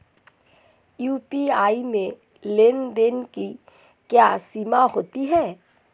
UPI में लेन देन की क्या सीमा होती है?